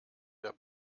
der